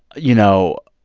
you know,